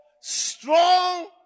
strong